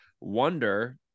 wonder